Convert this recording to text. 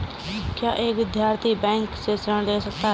क्या एक विद्यार्थी बैंक से ऋण ले सकता है?